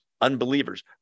Unbelievers